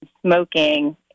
smoking